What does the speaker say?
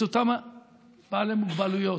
את אותם בעלי מוגבלויות.